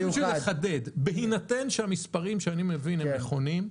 אני רוצה לחדד: בהינתן שהמספרים שאני מביא נכונים,